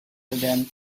again